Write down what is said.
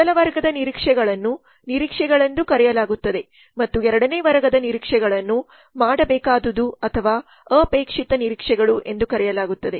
ಮೊದಲ ವರ್ಗದ ನಿರೀಕ್ಷೆಗಳನ್ನು ನಿರೀಕ್ಷೆಗಳೆಂದು ಕರೆಯಲಾಗುತ್ತದೆ ಮತ್ತು ಎರಡನೇ ವರ್ಗದ ನಿರೀಕ್ಷೆಗಳನ್ನು ಮಾಡಬೇಕಾದುದು ಅಥವಾ ಅಪೇಕ್ಷಿತ ನಿರೀಕ್ಷೆಗಳು ಎಂದು ಕರೆಯಲಾಗುತ್ತದೆ